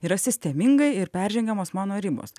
yra sistemingai ir peržengiamos mano ribos